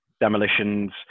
demolitions